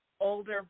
older